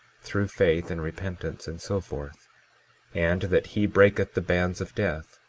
through faith and repentance, and so forth and that he breaketh the bands of death,